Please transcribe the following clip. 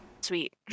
sweet